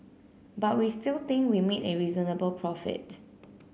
but we still think we made a reasonable profit